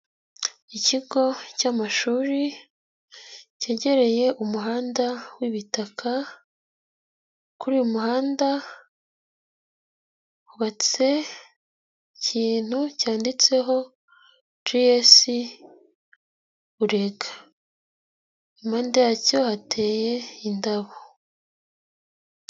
Ikigo cy'amashuri kegereye umuhanda w'ibitaka, kuri uyu muhanda hubatse ikintu cyanditseho jiyesi burega, impande yacyo hateye indabo.